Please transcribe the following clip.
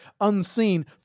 unseen